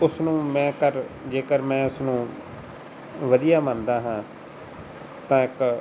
ਉਸ ਨੂੰ ਮੈਂ ਕਰ ਜੇਕਰ ਮੈਂ ਉਸਨੂੰ ਵਧੀਆ ਮੰਨਦਾ ਹਾਂ ਤਾਂ ਇੱਕ